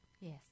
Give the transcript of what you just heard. Yes